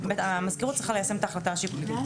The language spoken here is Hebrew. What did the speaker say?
המזכירות צריכה ליישם את ההחלטה השיפוטית.